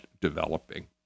developing